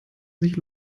sich